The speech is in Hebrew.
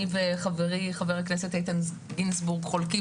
אני וחברי חבר הכנסת איתן גינזבורג חולקים